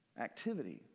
activity